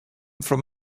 from